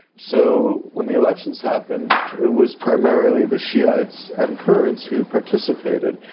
so when the elections happened it was primarily the shi'ites and kurds who participated.